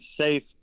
safe